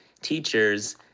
teachers